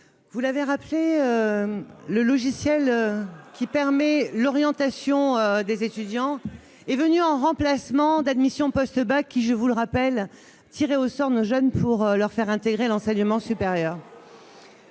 oui !... le logiciel qui permet l'orientation des étudiants est venu en remplacement d'admission post-bac, lequel, je vous le rappelle, tirait au sort nos jeunes pour leur faire intégrer l'enseignement supérieur.